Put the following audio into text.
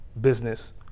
business